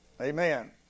Amen